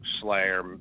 Slayer